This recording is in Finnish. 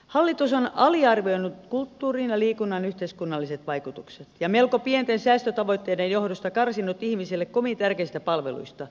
hallitus on aliarvioinut kulttuurin ja liikunnan yhteiskunnalliset vaikutukset ja melko pienten säästötavoitteiden johdosta karsinut ihmisille kovin tärkeistä palveluista